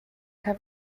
have